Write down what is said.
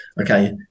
Okay